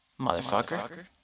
Motherfucker